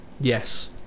yes